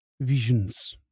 visions